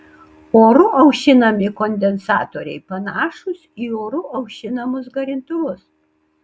oru aušinami kondensatoriai panašūs į oru aušinamus garintuvus